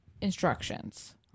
Instructions